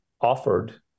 offered